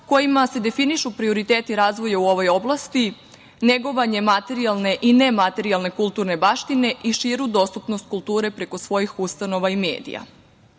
kojima se definišu prioriteti razvoja u ovoj oblasti, negovanje materijalne i nematerijalne kulturne baštine i širu dostupnost kulture preko svojih ustanova i medija.U